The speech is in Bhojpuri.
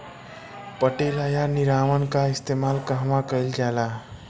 पटेला या निरावन का इस्तेमाल कहवा कइल जाला?